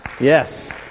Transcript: Yes